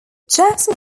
jackson